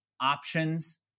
options